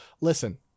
Listen